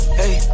hey